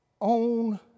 own